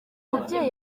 mubyeyi